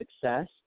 success